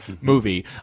movie